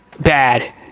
bad